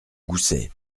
goussets